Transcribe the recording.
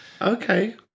Okay